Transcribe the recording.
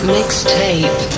Mixtape